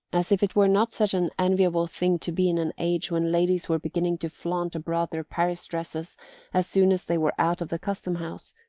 as if it were not such an enviable thing to be in an age when ladies were beginning to flaunt abroad their paris dresses as soon as they were out of the custom house,